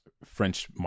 French